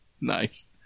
Nice